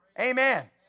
Amen